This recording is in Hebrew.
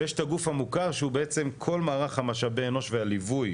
ויש את הגוף המוכר שהוא בעצם כל מערך משאבי האנוש והליווי